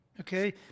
Okay